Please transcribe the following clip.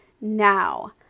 Now